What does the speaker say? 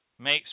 makes